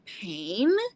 pain